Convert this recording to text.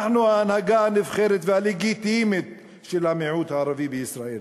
אנחנו ההנהגה הנבחרת והלגיטימית של המיעוט הערבי בישראל.